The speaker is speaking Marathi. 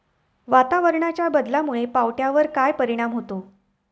वातावरणाच्या बदलामुळे पावट्यावर काय परिणाम होतो?